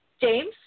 James